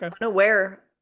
unaware